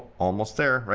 almost there!